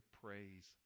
praise